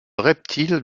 reptiles